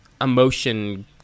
emotion